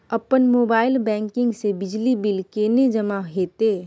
अपन mobile banking से बिजली बिल केने जमा हेते?